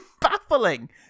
baffling